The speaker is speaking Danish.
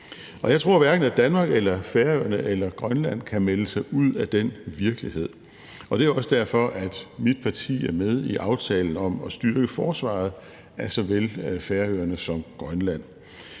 Jeg tror, hverken Danmark eller Færøerne eller Grønland kan melde sig ud af den virkelighed. Det er også derfor, at mit parti er med i aftalen om at styrke forsvaret af såvel Færøerne som Grønland.